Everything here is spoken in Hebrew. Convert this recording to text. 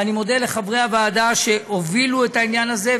ואני מודה לחברי הוועדה שהובילו את העניין הזה,